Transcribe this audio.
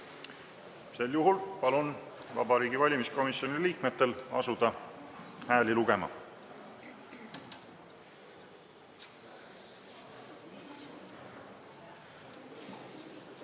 Sel juhul palun Vabariigi Valimiskomisjoni liikmetel asuda hääli